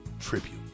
tribute